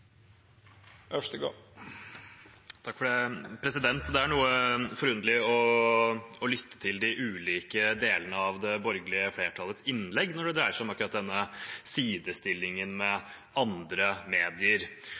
Det er noe forunderlig å lytte til de ulike delene av det borgerlige flertallets innlegg når det dreier seg om akkurat denne sidestillingen med andre medier.